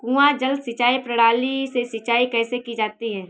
कुआँ जल सिंचाई प्रणाली से सिंचाई कैसे की जाती है?